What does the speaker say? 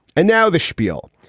and now the schpiel.